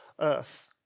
earth